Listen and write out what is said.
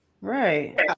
Right